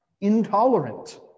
intolerant